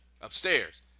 upstairs